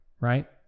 right